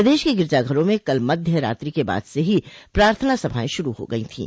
प्रदेश के गिरजाघरों में कल मध्य रात्रि के बाद से ही प्रार्थना सभाएं शुरू हो गई थीं